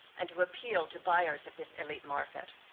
and to appeal to buyers of this elite market?